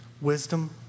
wisdom